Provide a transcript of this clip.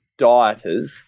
dieters